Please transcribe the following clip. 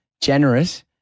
generous